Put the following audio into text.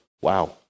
Wow